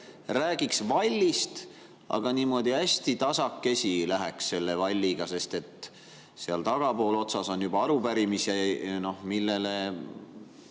räägiks vallist, aga niimoodi hästi tasakesi läheks selle valliga? Seal tagapool otsas on juba arupärimisi, millele,